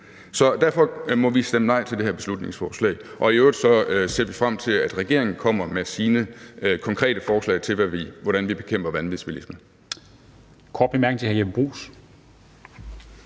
Derfor må vi stemme nej til det her beslutningsforslag. I øvrigt ser vi frem til, at regeringen kommer med sine konkrete forslag til, hvordan vi bekæmper vanvidsbilisme.